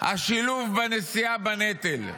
השילוב בנשיאה בנטל.